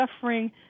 suffering